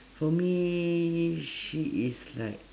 for me she is like